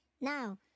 Now